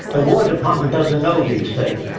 the war department doesn't know these things.